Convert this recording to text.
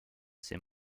s’est